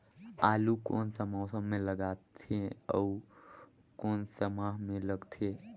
आलू कोन सा मौसम मां लगथे अउ कोन सा माह मां लगथे?